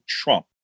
Trump